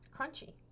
crunchy